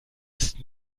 ist